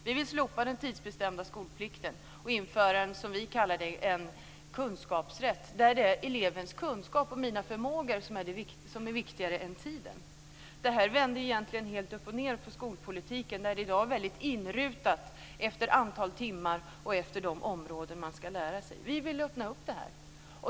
Vi vill slopa den tidsbestämda skolplikten och införa vad vi kallar en kunskapsrätt där det är elevens kunskap och förmåga som är viktigare än tiden. Detta vänder egentligen helt upp och ned på skolpolitiken, där det hela i dag är väldigt inrutat efter antal timmar och efter de områden man ska lära sig. Vi vill öppna upp detta.